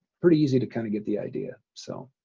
pretty easy to kind of get the idea. so,